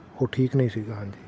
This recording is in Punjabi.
ਉਹ ਠੀਕ ਨਹੀਂ ਸੀਗਾ ਹਾਂਜੀ